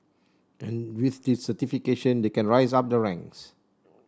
and with this certification they can rise up the ranks